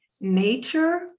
nature